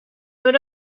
would